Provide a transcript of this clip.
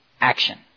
action